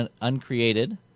uncreated